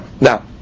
Now